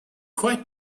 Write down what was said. quite